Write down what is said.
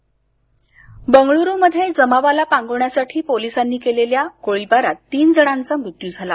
बगळूरु हिंसाचार बंगळुरुमध्ये जमावाला पांगवण्यासाठी पोलिसांनी केलेल्या गोळीबारात तीन जणांचा मृत्यू झाला